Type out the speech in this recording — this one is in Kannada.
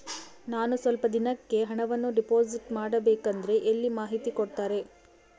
ನಾನು ಸ್ವಲ್ಪ ದಿನಕ್ಕೆ ಹಣವನ್ನು ಡಿಪಾಸಿಟ್ ಮಾಡಬೇಕಂದ್ರೆ ಎಲ್ಲಿ ಮಾಹಿತಿ ಕೊಡ್ತಾರೆ?